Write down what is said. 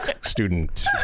student